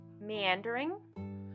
meandering